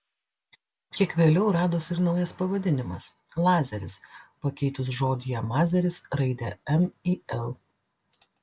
kiek vėliau radosi ir naujas pavadinimas lazeris pakeitus žodyje mazeris raidę m į l